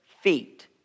feet